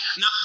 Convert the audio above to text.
now